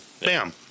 Bam